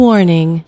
Warning